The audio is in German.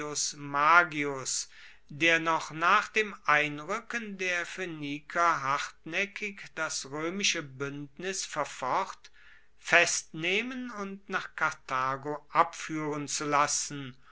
magius der noch nach dem einruecken der phoeniker hartnaeckig das roemische buendnis verfocht festnehmen und nach karthago abfuehren zu lassen